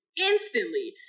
instantly